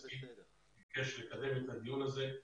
שביקש לקדם את הדיון הזה.